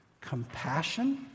compassion